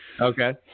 okay